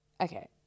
Okay